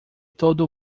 todo